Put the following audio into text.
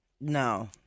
No